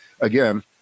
again